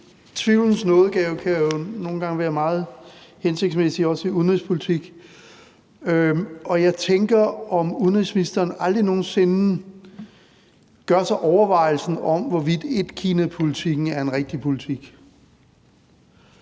Tvivlens nådegave kan jo nogle gange være meget hensigtsmæssig, også i udenrigspolitik, og jeg tænker på, om udenrigsministeren aldrig nogen sinde gør sig overvejelsen om, hvorvidt etkinapolitikken er en rigtig politik.